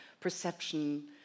perception